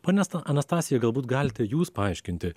pone sta anastasija galbūt galite jūs paaiškinti